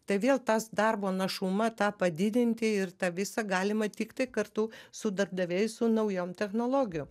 tai vėl tas darbo našumą tą padidinti ir tą visą galima tiktai kartu su darbdaviais su naujom technologijom